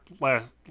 last